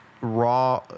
raw